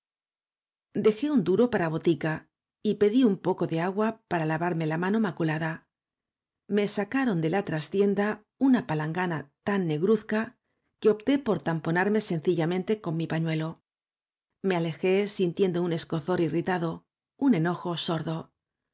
dejé un duro para botica y pedí un poco de agua para lavarme la mano maculada me sacaron de la trastienda una palangana tan negruzca que opté por tamponarme sencillamente con mi pañuelo ile alejé sintiendo un escozor irritado un enojo sordo